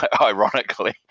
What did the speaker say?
Ironically